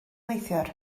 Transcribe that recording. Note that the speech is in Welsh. neithiwr